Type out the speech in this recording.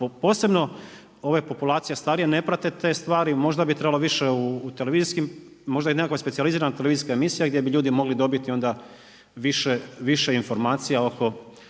posebno ove populacije starije, ne prate te stvari, možda bi trebalo više u televizijskim, možda i nekakva specijalizirana televizijska emisija, gdje bi ljudi mogli dobiti onda više informacija oko